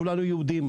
כולנו יהודים,